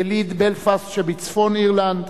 יליד בלפסט שבצפון-אירלנד,